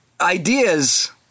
ideas